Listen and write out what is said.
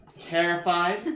Terrified